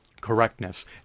correctness